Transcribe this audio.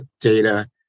data